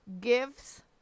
Gifts